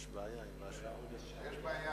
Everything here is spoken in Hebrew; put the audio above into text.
בעד,